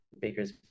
Baker's